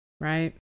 right